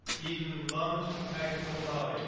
eton lunge magna cum laude